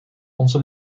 onze